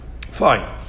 Fine